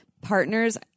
partners